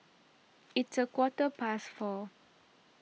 its a quarter past four